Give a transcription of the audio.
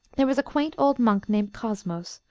there was a quaint old monk named cosmos,